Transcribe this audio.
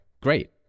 great